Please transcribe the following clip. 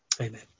Amen